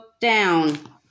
down